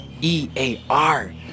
E-A-R